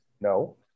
No